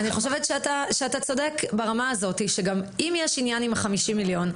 אני חושבת שאתה צודק ברמה הזאת שגם אם יש עניין עם ה-50 מיליון שקלים,